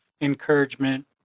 encouragement